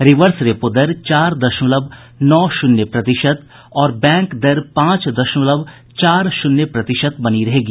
reverse repo दर चार दशमलव नौ शून्य प्रतिशत और बैंक दर पांच दशमलव चार शून्य प्रतिशत बनी रहेगी